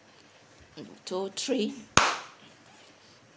two three